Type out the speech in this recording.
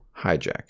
Hijack